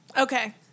Okay